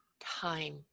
time